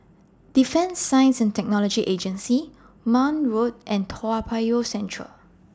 Defence Science and Technology Agency Marne Road and Toa Payoh Central